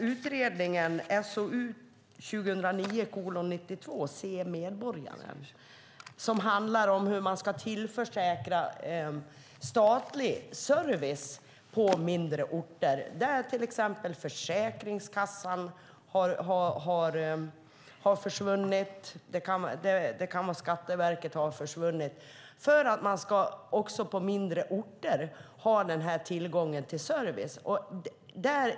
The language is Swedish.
Utredningen SoU2009:92 Se medborgaren handlar om hur man ska tillförsäkra statlig service på mindre orter där till exempel Försäkringskassan eller Skatteverket har försvunnit. Man ska även på mindre orter ha tillgång till service.